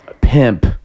Pimp